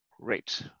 Great